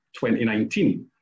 2019